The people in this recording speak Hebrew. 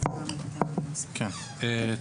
כן.